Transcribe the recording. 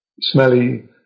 smelly